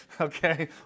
Okay